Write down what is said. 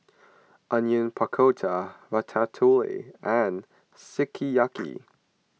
Onion Pakora Ratatouille and Sukiyaki